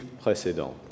précédents